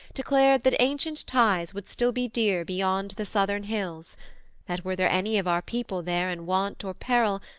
declared that ancient ties would still be dear beyond the southern hills that were there any of our people there in want or peril,